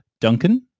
Duncan